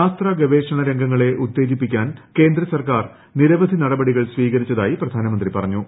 ശാസ്ത്ര ഗവേഷണ രംഗങ്ങളെ ഉത്തേജിപ്പിക്കാൻ കേന്ദ്രസർക്കാർ നിരവധി നടപടികൾ സ്വീകരിച്ചതായി പ്രധാനമന്ത്രി പറഞ്ഞു